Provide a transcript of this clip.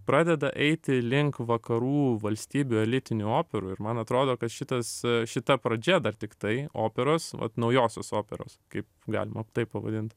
pradeda eiti link vakarų valstybių elitinių operų ir man atrodo kad šitas šita pradžia dar tiktai operos vat naujosios operos kaip galima taip pavadint